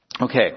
Okay